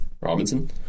Robinson